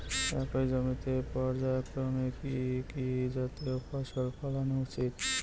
একই জমিতে পর্যায়ক্রমে কি কি জাতীয় ফসল ফলানো উচিৎ?